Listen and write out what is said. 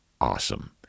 awesome